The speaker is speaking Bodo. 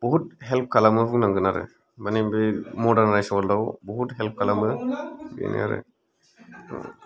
बहुथ हेल्प खालामो बुंनांगोन आरो मानि बे मर्डारनायस्ड वार्लड याव बहुथ हेल्प खालामो बे आरो